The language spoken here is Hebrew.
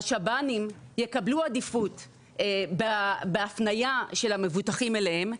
השב"נים יקבלו עדיפות בהפניה של המבוטחים אליהם,